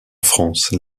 france